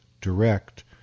direct